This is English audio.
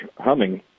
humming